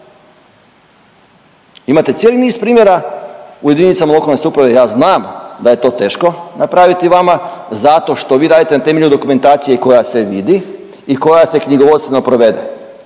Imate cijeli niz primjera u jedinicama lokalne samouprave, ja znam da je to teško napraviti vama zato što vi radite na temelju dokumentacije koja se vidi i koja se knjigovodstveno provede,